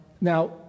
Now